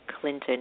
Clinton